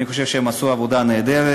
אני חושב שהם עשו עבודה נהדרת.